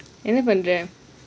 என்ன பண்ற:enna panra